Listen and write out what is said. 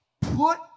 put